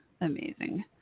Amazing